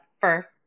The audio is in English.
first